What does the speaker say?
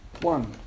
one